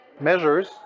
measures